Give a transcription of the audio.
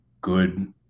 good